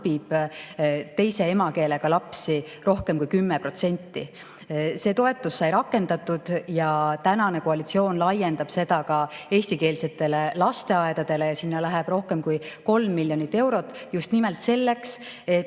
õpib teise emakeelega lapsi rohkem kui 10%. See toetus sai rakendatud ja tänane koalitsioon laiendab seda ka eestikeelsetele lasteaedadele. Sinna läheb rohkem kui 3 miljonit eurot, ja just nimelt selleks, et